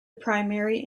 primary